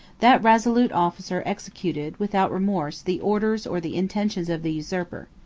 that resolute officer executed, without remorse, the orders or the intention of the usurper.